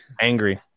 angry